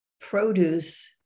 produce